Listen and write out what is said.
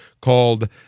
called